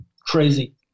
crazy